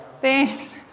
thanks